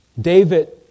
David